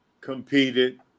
competed